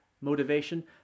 motivation